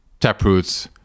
taproots